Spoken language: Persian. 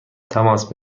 تماس